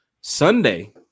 Sunday